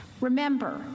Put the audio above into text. Remember